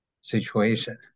situation